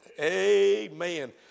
Amen